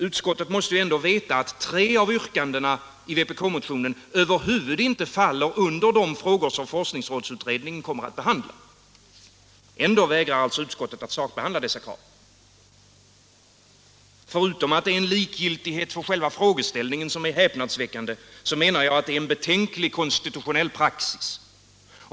Utskottet måste ändå veta att tre av yrkandena i vpk-motionen över huvud inte faller under de frågor som forskningsrådsutredningen kommer att behandla. Ändå vägrar alltså utskottet att sakbehandla dessa krav. Förutom att det är en likgiltighet för själva frågeställningen som är häpnadsväckande menar jag att det är en betänklig konstitutionell praxis.